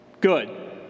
Good